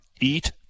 Eat